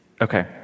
Okay